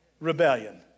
rebellion